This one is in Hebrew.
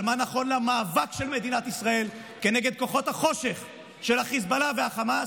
על מה נכון למאבק של מדינת ישראל כנגד כוחות החושך של החיזבאללה והחמאס.